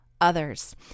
others